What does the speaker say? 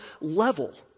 level